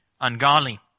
ungodly